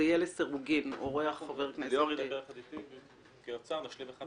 זה בסדר שליאור ידבר יחד איתי וישלים אותי?